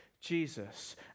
Jesus